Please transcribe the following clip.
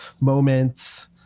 moments